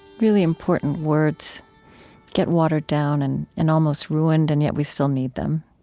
really important words get watered down and and almost ruined, and yet we still need them.